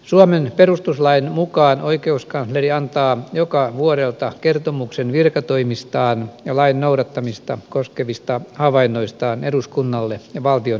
suomen perustuslain mukaan oikeuskansleri antaa joka vuodelta kertomuksen virkatoimistaan ja lain noudattamista koskevista havainnoistaan eduskunnalle ja valtioneuvostolle